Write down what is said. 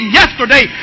yesterday